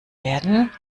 werden